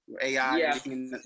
AI